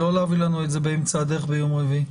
לא להביא לנו את זה באמצע הדרך, ביום רביעי.